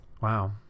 wow